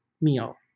meal